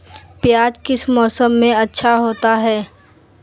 प्याज किस मौसम में अच्छा होता है?